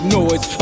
noise